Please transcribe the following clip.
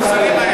אנחנו,